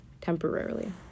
temporarily